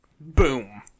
boom